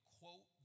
quote